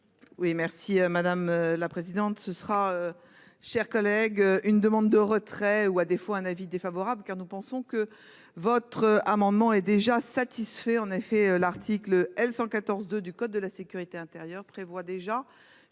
Oui merci madame la présidente ce sera. Cher collègue, une demande de retrait ou à défaut un avis défavorable car nous pensons que votre amendement est déjà satisfait. En effet, l'article L 114 2 du code de la sécurité intérieure prévoit déjà